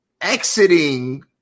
exiting